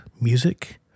music